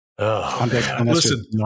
Listen